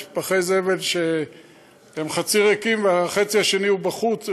יש פחי זבל שהם חצי ריקים והחצי השני הוא בחוץ.